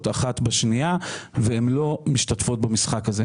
אחת בשנייה והן לא משתתפות במשחק הזה.